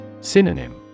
Synonym